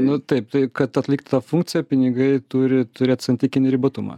nu taip tai kad atlikt tą funkciją pinigai turi turėt santykinį ribotumą